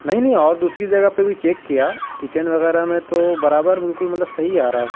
نہیں نہیں اور دوسری جگہ پہ بھی چیک کیا کچن وغیرہ میں تو برابر بالکل مطلب صحیح آ رہا ہے